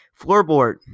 Floorboard